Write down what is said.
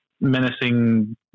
Menacing